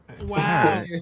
Wow